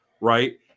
right